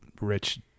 rich